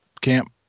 camp